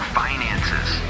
finances